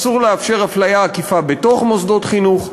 אסור לאפשר הפליה עקיפה בתוך מוסדות חינוך.